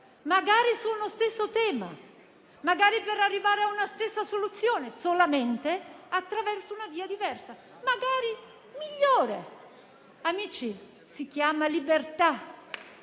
magari su uno stesso tema, magari per arrivare a una stessa soluzione, solamente attraverso una via diversa, magari migliore. Amici, si chiama libertà.